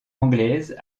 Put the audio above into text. anglaise